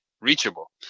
reachable